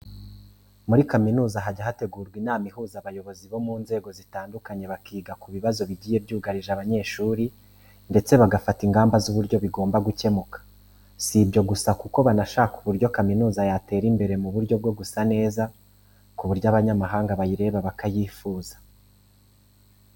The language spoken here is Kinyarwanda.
Muri kaminuza hajya hategurwa inama ihuza abayobozi bo mu nzego zitandukanye bakiga ku bibazo bigiye byugarije abanyeshuri ndetse bagafata ingamba z'uburyo bigomba gukemuka. Si ibyo gusa kuko banashaka uburyo kaminuza yatera imbere mu buryo bwo gusa neza ku buryo abanyamahanga bayireba bakayifuza.